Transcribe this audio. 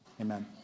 Amen